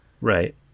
Right